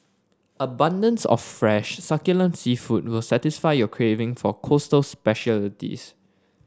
abundance of fresh succulent seafood will satisfy your craving for coastal specialities